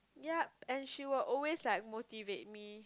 ya and she will always like motivate me